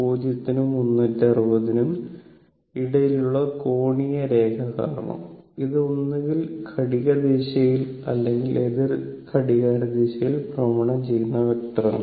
00 നും 360o നും ഇടയിലുള്ള കോണീയ രേഖ കാരണം അത് ഒന്നുകിൽ ഘടികാരദിശയിൽ അല്ലെങ്കിൽ എതിർ ഘടികാരദിശയിൽ ഭ്രമണം ചെയ്യുന്ന വെക്റ്ററാണ്